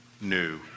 new